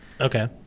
Okay